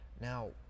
Now